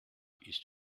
ist